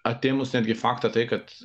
atėmus netgi faktą tai kad